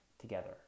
together